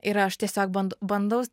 ir aš tiesiog band bandau